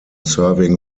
serving